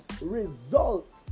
result